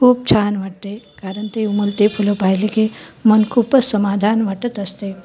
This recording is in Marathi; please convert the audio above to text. खूप छान वाटते कारण ते उमलते फुलं पाहिले की मन खूपच समाधान वाटत असते